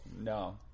no